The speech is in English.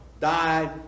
died